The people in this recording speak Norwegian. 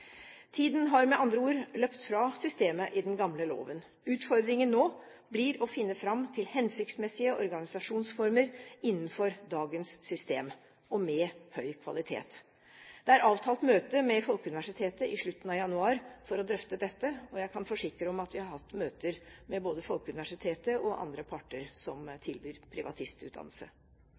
Tiden har med andre ord løpt fra systemet i den gamle loven. Utfordringen nå blir å finne fram til hensiktsmessige organisasjonsformer innenfor dagens system og med høy kvalitet. Det er avtalt møte med Folkeuniversitetet i slutten av januar for å drøfte dette, og jeg kan forsikre om at vi har hatt møter med både Folkeuniversitetet og andre parter som tilbyr